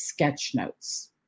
sketchnotes